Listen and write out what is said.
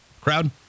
crowd